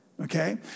okay